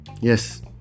Yes